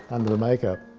under the makeup.